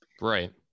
right